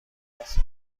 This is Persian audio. حوصلست